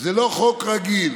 זה לא חוק רגיל.